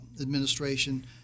Administration